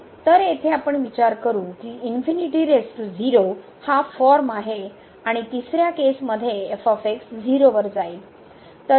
तर येथे आपण विचार करू की हा फॉर्म आहे आणि तिसऱ्या केसमध्ये 0 वर जाईल